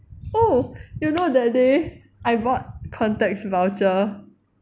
oh you know that day I bought contacts voucher